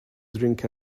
drink